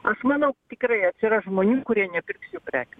aš manau tikrai atsiras žmonių kurie nepirks jų prekių